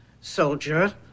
soldier